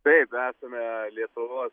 taip esame lietuvos